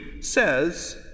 says